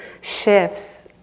shifts